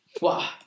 Wow